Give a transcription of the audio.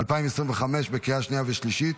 בקריאה שנייה ושלישית.